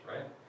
right